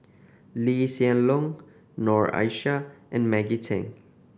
Lee Hsien Loong Noor Aishah and Maggie Teng